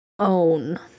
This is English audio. own